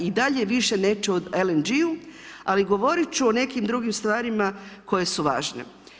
I dalje više neću o LNG-u, ali govorit ću o nekim drugim stvarima koje su važne.